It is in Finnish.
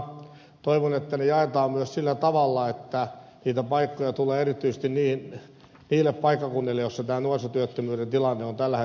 toivon että ne jaetaan myös sillä tavalla että niitä paikkoja tulee erityisesti niille paikkakunnille joissa nuorisotyöttömyyden tilanne on tällä hetkellä vakava